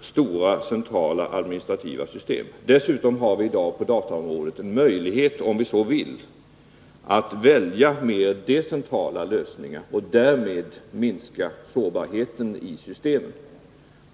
stora, centrala, administrativa system. Dessutom har vi i dag på dataområdet en möjlighet att, om vi så vill, välja mer decentraliserade lösningar och därmed minska sårbarheten i systemen.